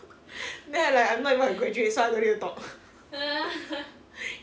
then I like I'm not even a graduate so I don't need to talk